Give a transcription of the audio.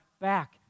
back